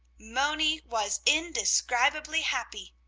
moni was indescribably happy.